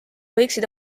võiksid